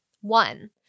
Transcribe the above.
One